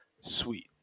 Sweet